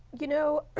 you know,